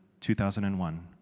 2001